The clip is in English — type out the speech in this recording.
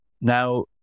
Now